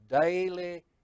daily